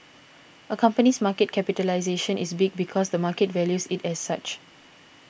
a company's market capitalisation is big because the market values it as such